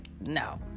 no